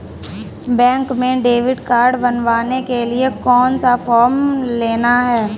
Bank में debit card बनवाने के लिए कौन सा फॉर्म लेना है?